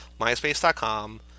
MySpace.com